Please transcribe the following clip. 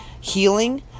healing